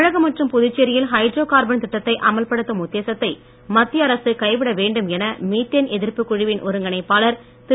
தமிழகம் மற்றும் புதுச்சேரியில் hydrocarbon திட்டத்தை அமல் படுத்தும் உத்தேசத்தை மத்திய அரசு கைவிட வேண்டும் என மீத்தேன் எதிர்ப்பு குழுவின் ஒருங்கிணைப்பாளர் திரு